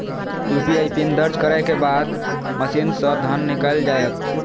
UPI PIN दर्ज करै के बाद मशीन सं धन निकैल जायत